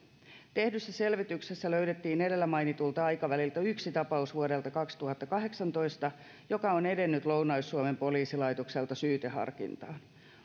tehdyssä selvityksessä löydettiin edellä mainitulta aikaväliltä yksi tapaus vuodelta kaksituhattakahdeksantoista joka on edennyt lounais suomen poliisilaitokselta syyteharkintaan